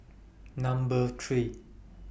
Number three